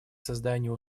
созданию